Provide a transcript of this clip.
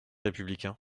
républicain